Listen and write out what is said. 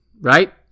right